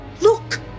look